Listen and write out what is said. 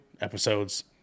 episodes